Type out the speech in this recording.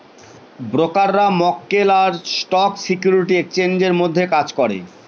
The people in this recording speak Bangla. ব্রোকাররা মক্কেল আর স্টক সিকিউরিটি এক্সচেঞ্জের মধ্যে কাজ করে